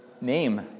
name